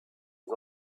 les